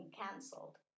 cancelled